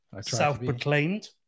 Self-proclaimed